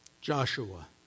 Joshua